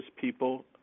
people